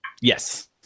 Yes